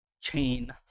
Chain